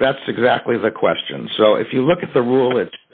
that's exactly the question so if you look at the rule it